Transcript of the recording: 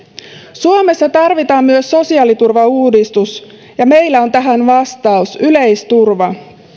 suomessa tarvitaan myös sosiaaliturvauudistus ja meillä on tähän vastaus yleisturva